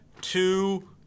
two